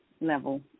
level